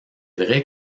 vrai